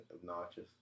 obnoxious